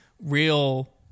real